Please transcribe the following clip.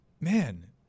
man